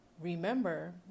remember